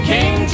King